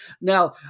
Now